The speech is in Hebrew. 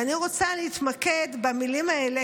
ואני רוצה להתמקד במילים האלה,